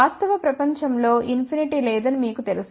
వాస్తవ ప్రపంచంలో ఇన్ఫినిటి లేదని మీకు తెలుసు